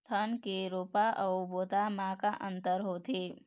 धन के रोपा अऊ बोता म का अंतर होथे?